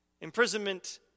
Imprisonment